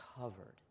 covered